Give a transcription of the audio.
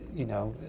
you know,